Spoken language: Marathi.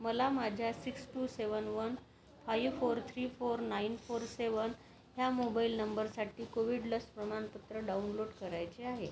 मला माझ्या six two seven one five four three four nine four seven ह्या मोबाईल नंबरसाठी कोविड लस प्रमाणपत्र डाउनलोड करायचे आहे